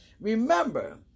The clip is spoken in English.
Remember